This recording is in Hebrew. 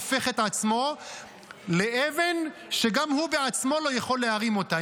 הופך את עצמו לאבן שגם הוא בעצמו לא יכול להרים אותה.